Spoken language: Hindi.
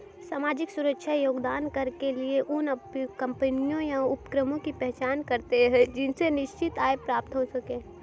सामाजिक सुरक्षा योगदान कर के लिए उन कम्पनियों या उपक्रमों की पहचान करते हैं जिनसे निश्चित आय प्राप्त हो सके